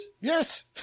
yes